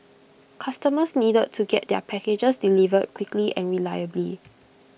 customers needed to get their packages delivered quickly and reliably